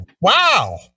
Wow